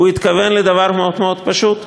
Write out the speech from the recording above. הוא התכוון לדבר מאוד מאוד פשוט,